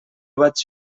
vaig